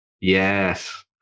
Yes